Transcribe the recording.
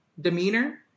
demeanor